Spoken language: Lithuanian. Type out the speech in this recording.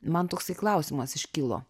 man toksai klausimas iškilo